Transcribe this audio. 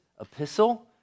epistle